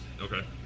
Okay